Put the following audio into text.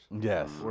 Yes